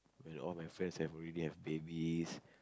which is all my friends have already have babies